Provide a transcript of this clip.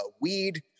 weed